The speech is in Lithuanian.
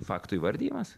faktų įvardijimas